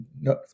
no